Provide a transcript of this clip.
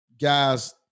guys